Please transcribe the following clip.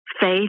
faith